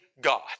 God